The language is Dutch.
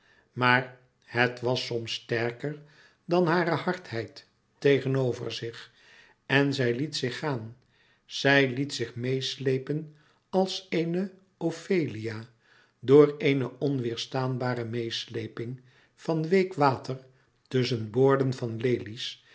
maar het was soms sterker dan hare hardheid tegenover zich en zij liet zich gaan zij liet zich meêsleepen als eene ofelia door eene onweêrstaanbare meêsleeping van week water tusschen boorden van lelies